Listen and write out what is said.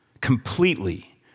completely